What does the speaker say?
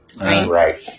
Right